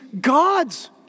God's